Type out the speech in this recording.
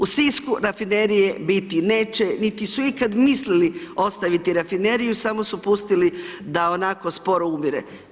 U Sisku rafinerije biti neće, niti su ikada mislili ostaviti rafineriju, samo su pustili da onako sporo umire.